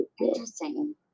Interesting